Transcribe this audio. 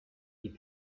die